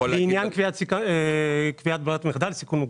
לעניין קביעת ברירת מחדל של סיכון מוגבר.